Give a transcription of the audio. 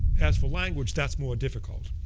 as for language, that's more difficult,